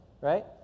right